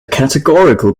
categorical